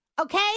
Okay